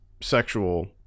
sexual